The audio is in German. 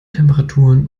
temperaturen